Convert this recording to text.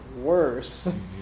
worse